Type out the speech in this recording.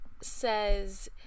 says